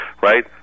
right